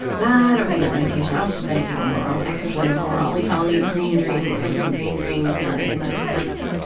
don't need that medication, i'll just meditate more or i'll exercise more or i'll eat i'll eat green drinks, i'll drink green drinks or, and it's just like,